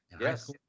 yes